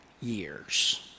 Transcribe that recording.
years